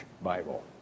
Bible